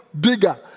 bigger